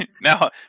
now